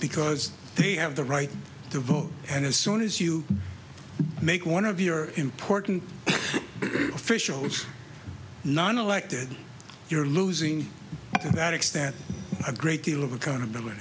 because they have the right to vote and as soon as you make one of your important officials nonelected you're losing it to that extent a great deal of accountability